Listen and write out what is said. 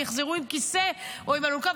או יחזרו בכיסא או באלונקה.